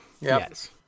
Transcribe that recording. Yes